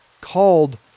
called